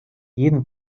jeden